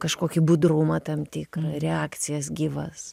kažkokį budrumą tam tikrą reakcijas gyvas